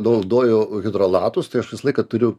naudoju hidrolatus tai aš visą laiką turiu